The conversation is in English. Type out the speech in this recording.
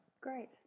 Great